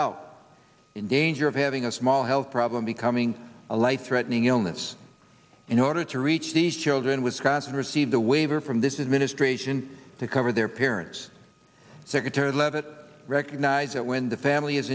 out in danger of having a small health problem becoming a light threatening illness in order to reach these children wisconsin received a waiver from this is ministration to cover their parents secretary leavitt recognize that when the family is